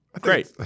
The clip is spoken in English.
great